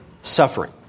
suffering